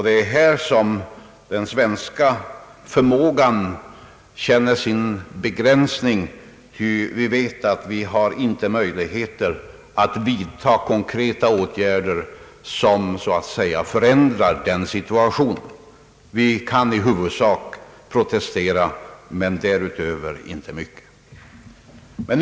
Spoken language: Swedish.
Det är här som den svenska förmågan känner sin begränsning, ty vi vet att vi inte har möjligheter att vidta konkreta åtgärder som skulle kunna förändra situationen. Vi kan i huvudsak bara protestera, men därutöver inte mycket.